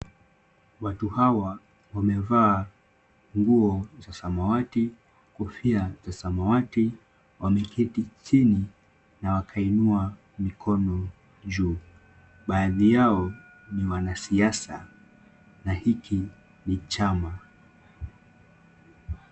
Watu hawa wamevaa nguo za samawati, kofia za samawati wameketi chini na wakainua mikono juu. Baadhi yao ni wanasiasa na hiki ni chama.